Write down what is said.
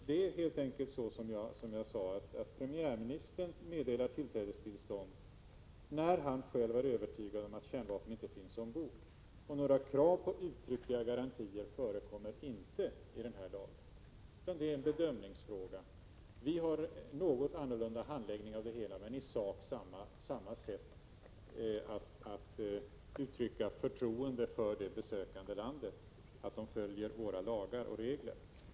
Det är helt enkelt så att premiärministern meddelar tillträdestillstånd när han själv är övertygad om att kärnvapen inte finns ombord, och några krav på uttryckliga garantier förekommer inte i den aktuella lagen, utan det hela är en bedömningsfråga. Vi har en något annorlunda handläggning av de här frågorna, men i sak har vi samma sätt att uttrycka förtroende för att det besökande landet följer våra lagar och regler.